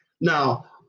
Now